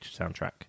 soundtrack